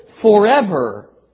forever